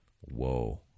Whoa